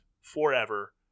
forever